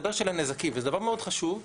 מצטבר של הנזקים וזה דבר מאוד מאוד חשוב.